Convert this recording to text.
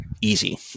Easy